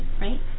right